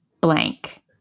blank